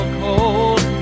cold